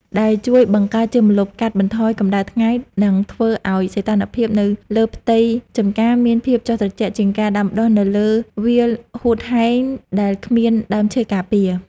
ដែលជួយបង្កើតជាម្លប់កាត់បន្ថយកម្ដៅថ្ងៃ និងធ្វើឱ្យសីតុណ្ហភាពនៅលើផ្ទៃចម្ការមានភាពចុះត្រជាក់ជាងការដាំដុះនៅលើវាលហួតហែងដែលគ្មានដើមឈើការពារ។